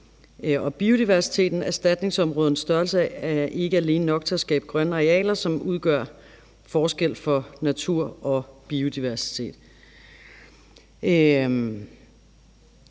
biodiversitet. Erstatningsområdernes størrelse er ikke alene nok skabe grønne arealer, som gør en forskel for natur og biodiversitet.«